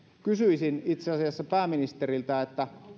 kysyisin itse asiassa pääministeriltä